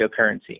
cryptocurrency